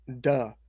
Duh